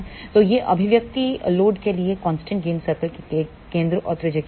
तो ये अभिव्यक्ति लोड के लिए कांस्टेंट गेन सर्कल के केंद्र और त्रिज्या के लिए हैं